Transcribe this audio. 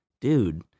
dude